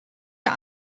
der